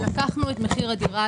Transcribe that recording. לקחנו את מחיר הדירה.